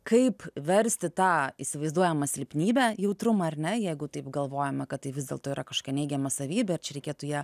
kaip versti tą įsivaizduojamą silpnybę jautrumą ar ne jeigu taip galvojame kad tai vis dėlto yra kažkokia neigiama savybė ir čia reikėtų ją